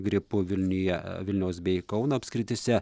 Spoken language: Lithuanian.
gripu vilniuje e vilniaus bei kauno apskrityse